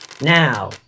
Now